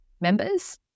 members